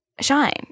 shine